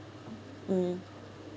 mm